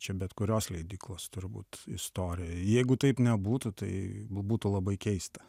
čia bet kurios leidyklos turbūt istorija jeigu taip nebūtų tai būtų labai keista